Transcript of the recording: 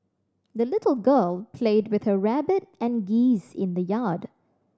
the little girl played with her rabbit and geese in the yard